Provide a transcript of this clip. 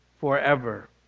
forever